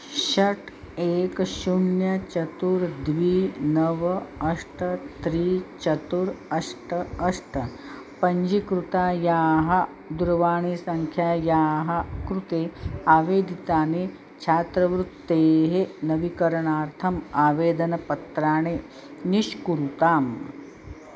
षट् एकं शून्यं चतुर्थ द्वे नव अष्ट त्रीणि चतुर्थ अष्ट अष्ट पञ्जीकृतायाः दूरवाणीसङ्ख्यायाः कृते आवेदितानि छात्रवृत्तेः नवीकरणार्थं आवेदनपत्राणि निष्कुरुताम्